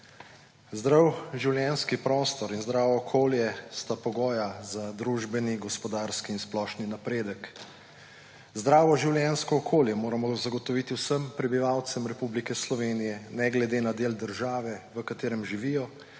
»Zdrav življenjski prostor in zdravo okolje sta pogoja za družbeni, gospodarski in splošni napredek. Zdravo življenjsko okolje moramo zagotoviti vsem prebivalcem Republike Slovenije ne glede na del držav, v katerem živijo,